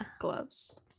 gloves